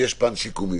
ויש פן שיקומי,